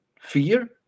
fear